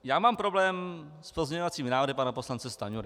Já mám problém s pozměňovacími návrhy pana poslance Stanjury.